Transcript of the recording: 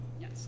Yes